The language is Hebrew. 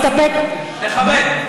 להסתפק, תכבד.